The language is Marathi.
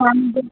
आणि जे